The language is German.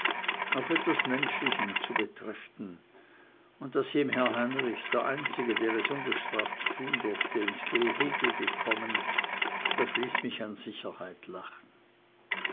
auf etwas menschlichem zu betreffen und daß ihm herr heinrich der einzige der es ungestraft durfte ins gehege gekommen das ließ mich in sicherheit lachen